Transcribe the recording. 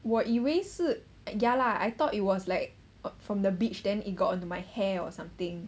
我以为是 ya lah I thought it was like from the beach then it got onto my hair or something